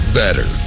better